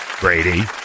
Brady